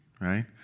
Right